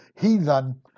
heathen